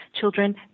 Children